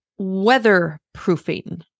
weatherproofing